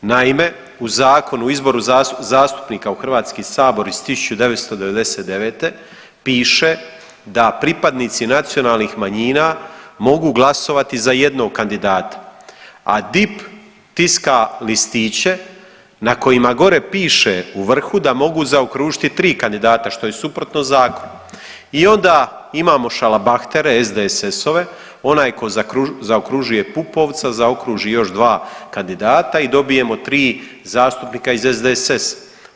Naime, u Zakonu o izboru zastupnika u HS iz 1999. piše da pripadnici nacionalnih manjina mogu glasovati za jednog kandidata, a DIP tiska listiće na kojima gore piše u vrhu da mogu zaokružiti 3 kandidata što je suprotno zakonu i onda imamo šalabahtere SDSS-ove onaj ko zaokružuje Pupovca zaokruži još dva kandidata i dobijemo 3 zastupnika iz SDSS-a.